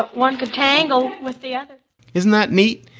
but one could tangled with the other isn't that neat?